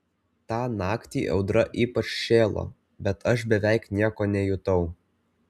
tą naktį audra ypač šėlo bet aš beveik nieko nejutau